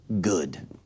good